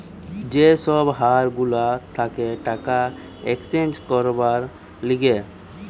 যে সব হার গুলা থাকে টাকা এক্সচেঞ্জ করবার লিগে